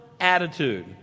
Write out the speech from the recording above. attitude